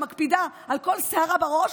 שמקפידה על כל שערה בראש,